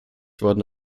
worden